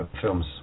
films